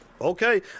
Okay